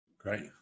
Great